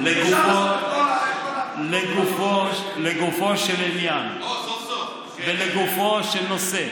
לגופו של עניין ולגופו של נושא,